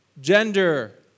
Gender